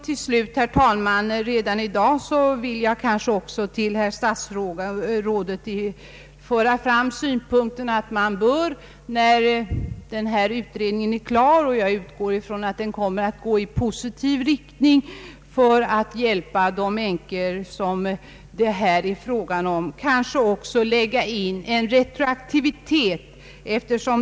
Till slut, herr talman, vill jag redan i dag till herr statsrådet föra fram synpunkten att man — när denna utredning lagt fram sitt resultat, vilket jag utgår från kommer att gå i positiv riktning och vara till hjälp för de änkor det här är fråga om — kanske också bör lägga in en bestämmelse om retroaktivitet.